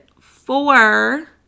four